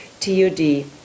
TUD